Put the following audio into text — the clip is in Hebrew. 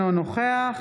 אינו נוכח